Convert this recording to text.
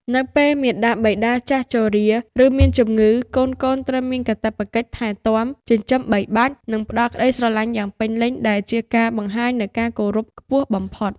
នៅពេលមាតាបិតាចាស់ជរា ឬមានជម្ងឺ កូនៗត្រូវមានកាតព្វកិច្ចថែទាំ ចិញ្ចឹមបីបាច់ និងផ្ដល់ក្ដីស្រឡាញ់យ៉ាងពេញលេញ ដែលជាការបង្ហាញនូវការគោរពខ្ពស់បំផុត។